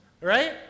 Right